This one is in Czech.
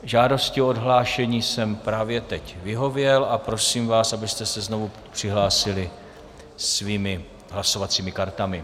Žádosti o odhlášení jsem právě teď vyhověl a prosím vás, abyste se znovu přihlásili svými hlasovacími kartami.